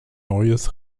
neues